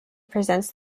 presents